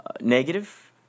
negative